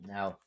Now